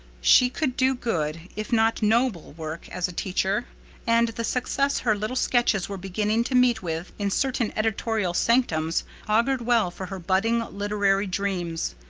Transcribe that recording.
she could do good, if not noble, work as a teacher and the success her little sketches were beginning to meet with in certain editorial sanctums augured well for her budding literary dreams.